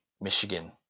Michigan